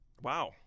Wow